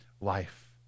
life